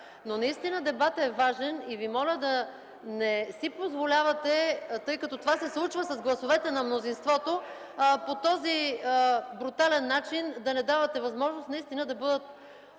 наистина е важен и Ви моля да не си позволявате, тъй като това се случва с гласовете на мнозинството, по този брутален начин да не давате възможност наистина да бъдат